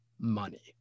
money